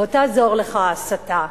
לא תעזור לך ההסתה,